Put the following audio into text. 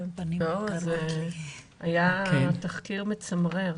היה תחקיר מצמרר.